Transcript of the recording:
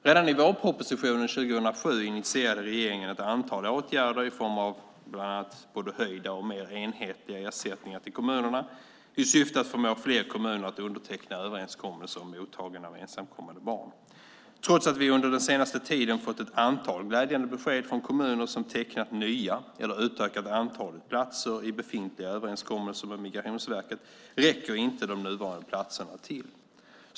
Redan i vårpropositionen 2007 initierade regeringen ett antal åtgärder i form av bland annat både höjda och mer enhetliga ersättningar till kommunerna i syfte att förmå fler kommuner att underteckna överenskommelser om mottagande av ensamkommande barn. Trots att vi under den senaste tiden fått ett antal glädjande besked från kommuner som tecknat nya överenskommelser eller utökat antalet platser i befintliga överenskommelser med Migrationsverket räcker inte de nuvarande platserna till.